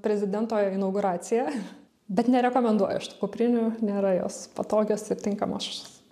prezidento inauguraciją bet nerekomenduoju aš tų kuprinių nėra jos patogios ir tinkamos